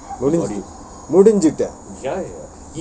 no need முடிஞ்சிடா:mudinjitaa